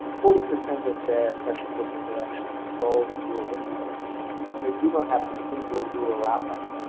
forty percent of their pressure cookers are actually sold in rural india and they do not have a single rural outlet.